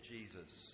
Jesus